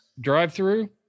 drive-through